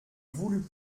voulut